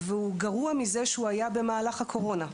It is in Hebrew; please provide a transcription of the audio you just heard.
והוא גרוע מזה שהוא היה במהלך הקורונה.